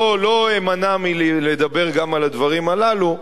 לא אמנע מלדבר גם על הדברים הללו.